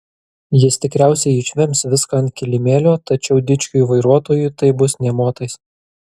jis tikriausiai išvems viską ant kilimėlio tačiau dičkiui vairuotojui tai bus nė motais